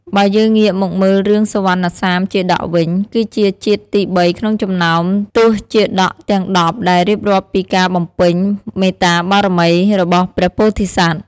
បើយើងងាកមកមើលរឿងសុវណ្ណសាមជាតកវិញ គឺជាជាតិទីបីក្នុងចំណោមទសជាតកទាំង ១០ ដែលរៀបរាប់ពីការបំពេញ មេត្តាបារមី របស់ព្រះពោធិសត្វ។